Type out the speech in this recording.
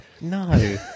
no